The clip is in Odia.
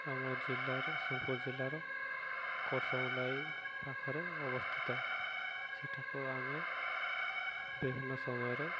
ଆମ ଜିଲ୍ଲାର ସୋନପୁର ଜିଲ୍ଲାର କରଷମଲାଇ ପାଖରେ ଅବସ୍ଥିତ ସେଠାକୁ ଆମେ ବିଭିନ୍ନ ସମୟରେ